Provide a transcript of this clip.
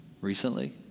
recently